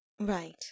Right